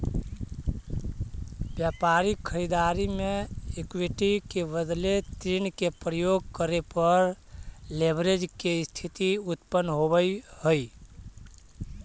व्यापारिक खरीददारी में इक्विटी के बदले ऋण के प्रयोग करे पर लेवरेज के स्थिति उत्पन्न होवऽ हई